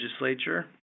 legislature